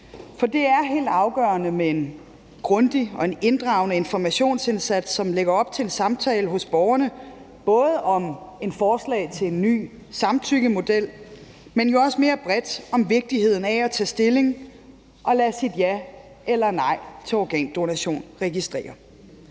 For det er helt afgørende med en grundig og inddragende informationsindsats, som lægger op til en samtale hos borgerne, både om et forslag til en ny samtykkemodel, men jo også mere bredt om vigtigheden af at tage stilling og lade sit ja eller nej til organdonation registrere.